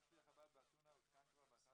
גם שליח חב"ד באתונה עודכן כבר ב-11